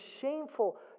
shameful